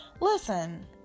Listen